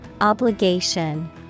Obligation